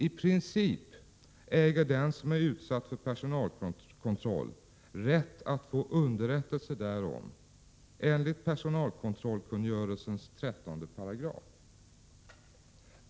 I princip äger den som är utsatt för personalkontroll rätt att få underrättelse därom enligt personalkontrollkungörelsens 13 §.